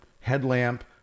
headlamp